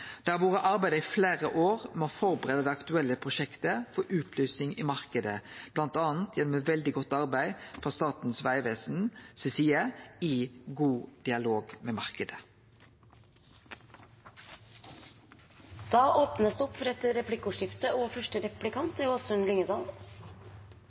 Det har vore arbeidd i fleire år med å førebu det aktuelle prosjektet for utlysing i marknaden, bl.a. gjennom eit veldig godt arbeid frå Statens vegvesen si side i god dialog med